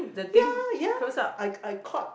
ya ya I I caught